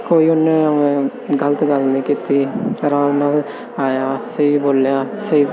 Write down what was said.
ਕੋਈ ਉਹਨੇ ਗਲਤ ਗੱਲ ਨਹੀਂ ਕੀਤੀ ਆਰਾਮ ਨਾਲ ਆਇਆ ਸਹੀ ਬੋਲਿਆ ਸਹੀ